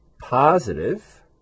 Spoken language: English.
positive